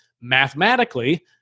mathematically